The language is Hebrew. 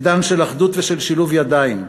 עידן של אחדות ושל שילוב ידיים.